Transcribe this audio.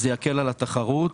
זה יקל על התחרות.